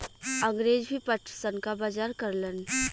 अंगरेज भी पटसन क बजार करलन